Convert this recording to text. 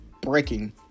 breaking